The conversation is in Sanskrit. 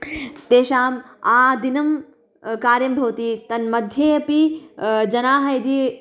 तेषाम् आदिनं कार्यं भवति तन्मध्ये अपि जनाः यदि